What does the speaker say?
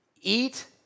Eat